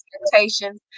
expectations